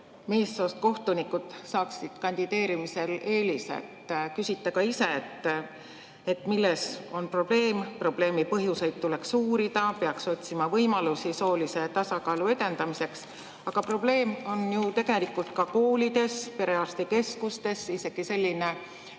meessoost kohtunikud saaksid kandideerimisel eelise. Küsite ka ise, milles on probleem. Probleemi põhjuseid tuleks uurida, peaks otsima võimalusi soolise tasakaalu edendamiseks. Aga probleem on ju tegelikult ka koolides, perearstikeskustes, isegi selline